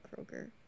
Kroger